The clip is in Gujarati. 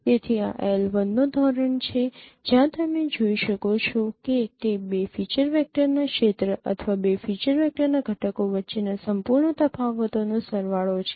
તેથી આ નો ધોરણ છે જ્યાં તમે જોઈ શકો છો કે તે બે ફીચર વેક્ટરના ક્ષેત્ર અથવા બે ફીચર વેક્ટરના ઘટકો વચ્ચેના સંપૂર્ણ તફાવતોનો સરવાળો છે